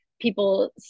people